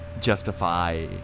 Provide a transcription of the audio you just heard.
justify